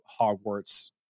Hogwarts